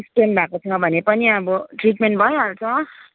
stone भएको छ भने पनि अब ट्रिटमेन्ट भइहाल्छ